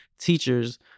teachers